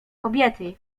kobiety